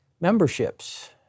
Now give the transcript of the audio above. memberships